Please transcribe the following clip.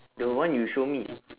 the one you show me